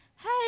hey